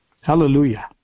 hallelujah